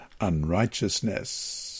unrighteousness